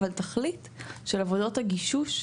אבל תכלית של עבודות הגישוש,